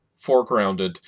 foregrounded